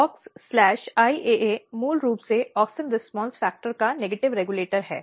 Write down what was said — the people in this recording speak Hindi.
तो AuxIAA मूल रूप से ऑक्सिन रीस्पॉन्स फ़ैक्टर का नकारात्मक रेगुलेटर है